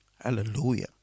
Hallelujah